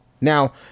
Now